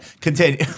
continue